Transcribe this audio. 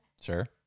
sure